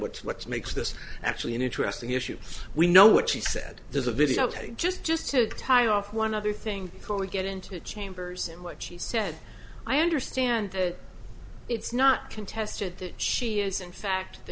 what's what's makes this actually an interesting issue we know what she said there's a videotape just just to tie off one other thing callie get into chambers and what she said i understand that it's not contested that she is in fact the